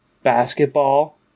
basketball